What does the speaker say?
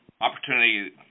opportunity